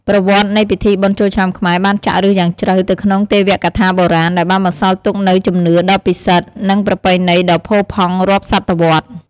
ប្រវត្តិនៃពិធីបុណ្យចូលឆ្នាំខ្មែរបានចាក់ឫសយ៉ាងជ្រៅទៅក្នុងទេវកថាបុរាណ ដែលបានបន្សល់ទុកនូវជំនឿដ៏ពិសិដ្ឋ និងប្រពៃណីដ៏ផូរផង់រាប់សតវត្សរ៍។